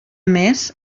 més